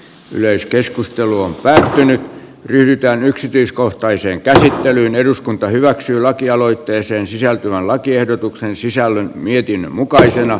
yleiskeskusteluun väsähtänyt yhtään yksityiskohtaiseen käsittelyyn eduskunta hyväksyy lakialoitteeseen sisältyvän lakiehdotuksen sisällön mietinnön mukaisena